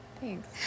thanks